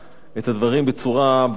את הדברים בצורה ברורה,